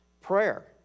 Prayer